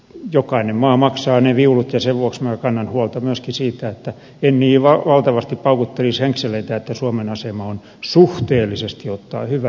jokainen maa maksaa ne viulut ja sen vuoksi minä kannan huolta myöskin siitä että en niin valtavasti paukuttelisi henkseleitä että suomen asema on suhteellisesti ottaen hyvä